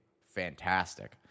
fantastic